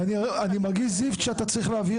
ואני מרגיש לא בסדר שאתה צריך בכלל להסביר